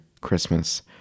Christmas